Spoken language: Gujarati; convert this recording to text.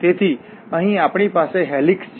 તેથી અહીં આપણી પાસે હેલિક્સ છે